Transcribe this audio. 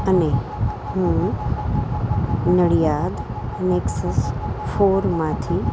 અને હું નડિયાદ નેક્ષસ ફોરમાંથી